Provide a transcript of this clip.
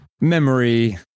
memory